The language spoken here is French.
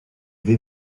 vais